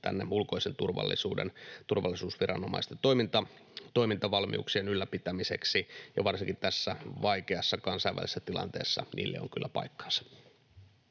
sitten ulkoisen turvallisuuden turvallisuusviranomaisten toimintavalmiuksien ylläpitämiseksi. Varsinkin tässä vaikeassa kansainvälisessä tilanteessa niille on kyllä paikkansa.